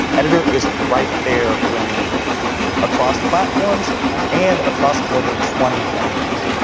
editor is right there when you need it across platforms and across more than twenty languages.